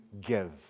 give